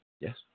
Yes